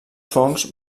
fongs